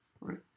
Right